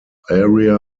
area